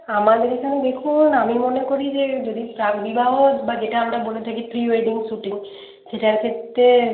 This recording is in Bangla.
আমাদের এখানে দেখুন আমি মনে করি যে যদি প্রাক্বিবাহ বা যেটা আমরা বলে থাকি প্রি ওয়েডিং শুটিং সেটার ক্ষেত্রে